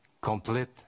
complete